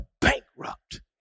bankrupt